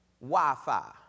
Wi-Fi